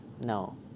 no